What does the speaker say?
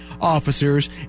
officers